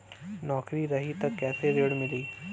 नौकरी रही त कैसे ऋण मिली?